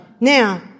Now